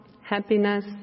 happiness